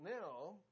now